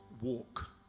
walk